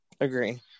agree